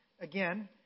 again